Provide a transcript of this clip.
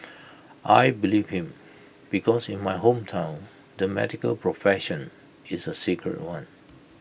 I believed him because in my hometown the medical profession is A sacred one